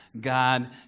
God